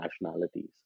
nationalities